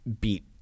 beat